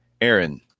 aaron